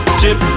chip